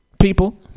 people